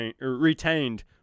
retained